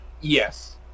Yes